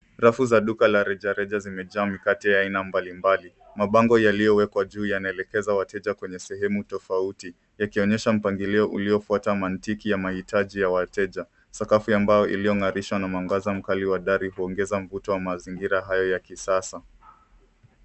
Rafu za duka la rejareaj zimejaa mikate ya aina mbalimbali, mabango yaliyowekwa juu yanaelekeza wateja kwenye sehemu tofauti ikionyesha mpangilio uliofwata mantiki ya mahitaji ya wateja. Sakafu ya mbao iliyong'arishwa na mwangaza mkali wa dari huongeza mvuto wa mazingira haya ya kisasa.